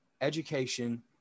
education